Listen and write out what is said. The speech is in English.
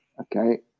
Okay